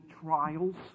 trials